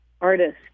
artist